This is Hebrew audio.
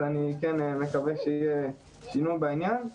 אני כן מקווה שיהיה שינוי בעניין.